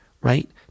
right